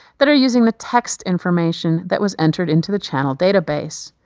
that are using the text information that was entered into the channel database.